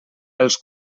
els